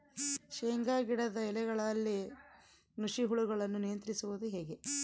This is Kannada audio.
ಶೇಂಗಾ ಗಿಡದ ಎಲೆಗಳಲ್ಲಿ ನುಷಿ ಹುಳುಗಳನ್ನು ನಿಯಂತ್ರಿಸುವುದು ಹೇಗೆ?